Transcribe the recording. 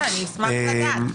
אשמח לדעת.